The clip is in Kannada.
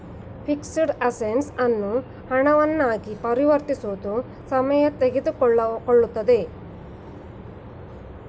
ಫಿಕ್ಸಡ್ ಅಸೆಟ್ಸ್ ಅನ್ನು ಹಣವನ್ನ ಆಗಿ ಪರಿವರ್ತಿಸುವುದು ಸಮಯ ತೆಗೆದುಕೊಳ್ಳುತ್ತದೆ